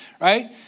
right